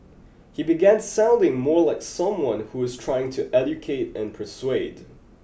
he began sounding more like someone who was trying to educate and persuade